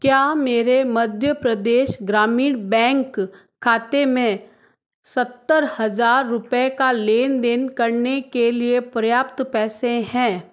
क्या मेरे मध्य प्रदेश ग्रामीण बैंक खाते में सत्तर हज़ार रुपये का लेनदेन करने के लिए पर्याप्त पैसे हैं